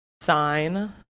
sign